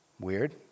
Weird